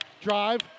Drive